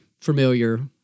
familiar